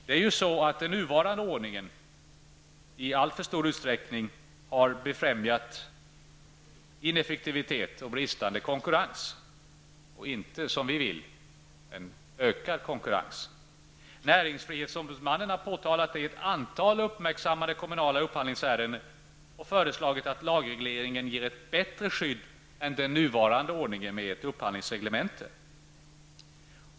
Det är ju så att den nuvarande ordningen i alltför stor utsträckning befrämjat ineffektivitet och bristande konkurrens och inte, som vi vill, ökad konkurrens. Näringsfrihetsombudsmannen har påtalat ett antal uppmärksammade kommunala upphandlingsärenden och föreslagit att lagregleringen skall ge ett bättre skydd än den nuvarande ordningen med ett upphandlingsreglemente.